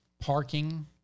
Parking